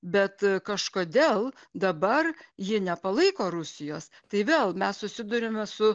bet kažkodėl dabar ji nepalaiko rusijos tai vėl mes susiduriame su